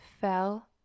fell